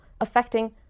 affecting